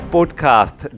Podcast